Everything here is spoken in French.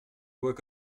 voient